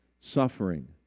suffering